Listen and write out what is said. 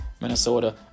Minnesota